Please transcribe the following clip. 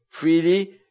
Freely